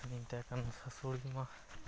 ᱩᱱᱤᱭ ᱢᱮᱛᱟᱭ ᱠᱷᱟᱱ ᱥᱟᱥᱩᱲᱤ ᱢᱟ